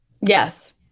yes